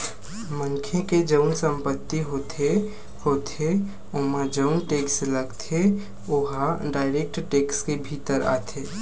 मनखे के जउन संपत्ति होथे होथे ओमा जउन टेक्स लगथे ओहा डायरेक्ट टेक्स के भीतर आथे